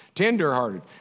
tenderhearted